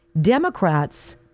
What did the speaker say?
Democrats